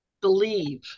believe